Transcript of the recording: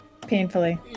Painfully